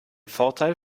vorteil